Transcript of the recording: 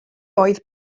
oedd